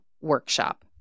workshop